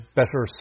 better